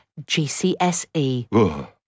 GCSE